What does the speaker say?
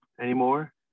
anymore